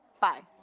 bye